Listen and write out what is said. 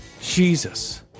Jesus